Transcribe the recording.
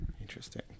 Interesting